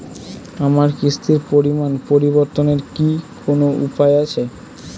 আমার কিস্তির পরিমাণ পরিবর্তনের কি কোনো উপায় আছে?